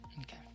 Okay